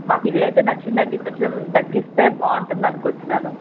మాకు ఇళ్ళు అయితే నచ్చిందండి కొంచెం తగ్గిస్తే బాగుంటుందని అనుకుంటున్నాను